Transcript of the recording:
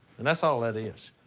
and that's all that is.